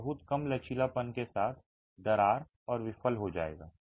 यह बहुत कम लचीलापन के साथ दरार और विफल हो जाएगा